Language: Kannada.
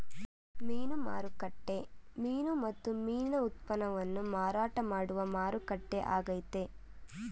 ಮೀನು ಮಾರುಕಟ್ಟೆ ಮೀನು ಮತ್ತು ಮೀನಿನ ಉತ್ಪನ್ನವನ್ನು ಮಾರಾಟ ಮಾಡುವ ಮಾರುಕಟ್ಟೆ ಆಗೈತೆ